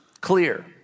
clear